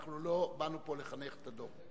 אנחנו לא באנו פה לחנך את הדור.